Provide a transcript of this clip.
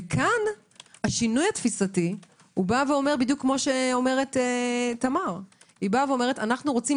פה השינוי התפיסתי אומר בדיוק מה שאומרת תמר: אנו רוצים